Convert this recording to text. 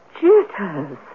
Jitters